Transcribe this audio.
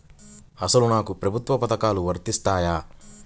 అసలు నాకు ప్రభుత్వ పథకాలు వర్తిస్తాయా?